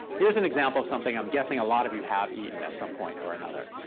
here's an example of something i'm guessing a lot of you have eaten at some point or another,